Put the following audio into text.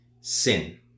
sin